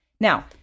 Now